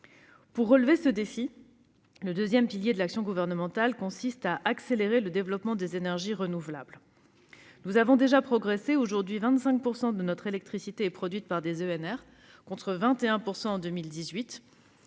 Pour relever ce défi, le deuxième pilier de l'action gouvernementale consiste à accélérer le développement des énergies renouvelables (EnR). Nous avons déjà progressé : aujourd'hui, 25 % de notre électricité est produite par des EnR, contre 21 % en 2018.